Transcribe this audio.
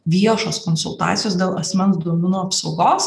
viešos konsultacijos dėl asmens duomenų apsaugos